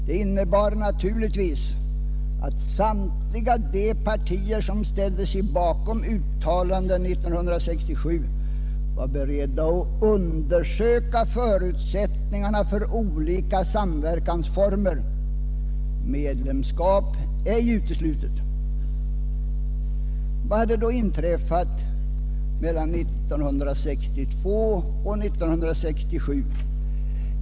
Det innebar naturligtvis att samtliga de partier som ställde sig bakom uttalandet 1967 var beredda att undersöka förutsättningarna för olika samverkansformer, medlemskap ej uteslutet. Vad hade då inträffat mellan 1962 och 1967?